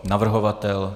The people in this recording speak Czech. Navrhovatel?